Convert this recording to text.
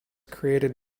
created